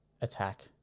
attack